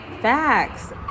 Facts